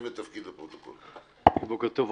בוקר טוב.